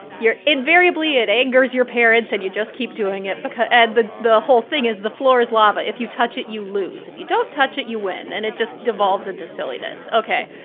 you're invariably it angers your parents and you just keep doing it. and the the whole thing is the floor is lava. if you touch it, you lose. if you don't touch it, you win. and it just devolves into silliness ok.